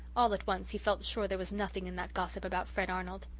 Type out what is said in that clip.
all at once he felt sure there was nothing in that gossip about fred arnold.